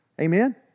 Amen